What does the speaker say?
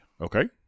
Okay